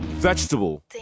Vegetable